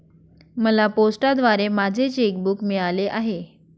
मला पोस्टाद्वारे माझे चेक बूक मिळाले आहे